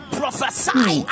prophesy